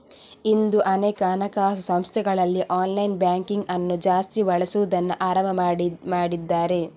ಇಂದು ಅನೇಕ ಹಣಕಾಸು ಸಂಸ್ಥೆಗಳಲ್ಲಿ ಆನ್ಲೈನ್ ಬ್ಯಾಂಕಿಂಗ್ ಅನ್ನು ಜಾಸ್ತಿ ಬಳಸುದನ್ನ ಆರಂಭ ಮಾಡಿದ್ದಾರೆ